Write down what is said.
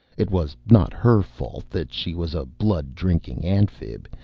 it was not her fault that she was a blood-drinking amphib.